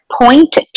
point